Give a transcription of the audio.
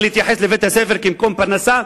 להתייחס אל בית-הספר כאל מקור פרנסה,